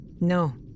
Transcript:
No